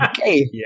okay